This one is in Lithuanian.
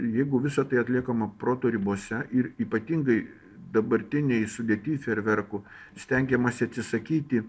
jeigu visa tai atliekama proto ribose ir ypatingai dabartinėj sudėty feerverkų stengiamasi atsisakyti